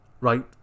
right